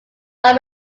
not